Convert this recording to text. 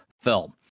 film